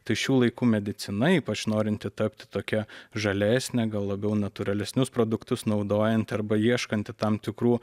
tai šių laikų medicina ypač norinti tapti tokia žalesnė gal labiau natūralesnius produktus naudojanti arba ieškanti tam tikrų